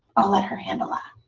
i'll let her handle ah